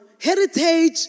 heritage